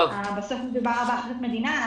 מדובר באחריות מדינה.